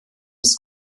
des